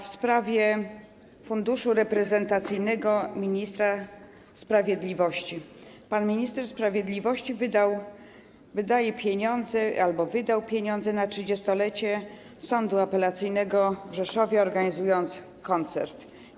W sprawie funduszu reprezentacyjnego ministra sprawiedliwości: Pan minister sprawiedliwości wydaje pieniądze albo wydał pieniądze na 30-lecie Sądu Apelacyjnego w Rzeszowie, organizując koncert.